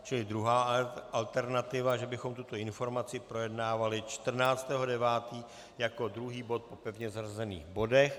Čili druhá alternativa, že bychom tuto informaci projednávali 14. 9. jako druhý bod po pevně zařazených bodech.